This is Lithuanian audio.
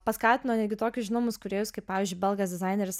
paskatino netgi tokius žinomus kūrėjus kaip pavyzdžiui belgas dizaineris